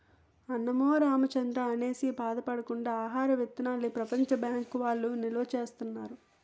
అన్నమో రామచంద్రా అనేసి బాధ పడకుండా ఆహార విత్తనాల్ని ప్రపంచ బ్యాంకు వౌళ్ళు నిలవా సేత్తన్నారు